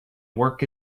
work